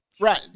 Right